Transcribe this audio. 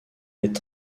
est